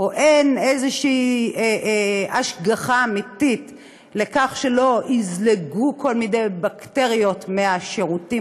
או אין איזושהי השגחה אמיתית לכך שלא יזלגו כל מיני בקטריות מהשירותים,